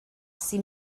sydd